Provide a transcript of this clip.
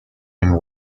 and